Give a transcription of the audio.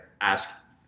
ask